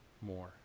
more